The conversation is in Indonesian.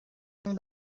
yang